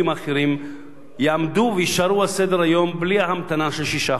יעמדו ויישארו על סדר-היום בלי המתנה של שישה חודשים.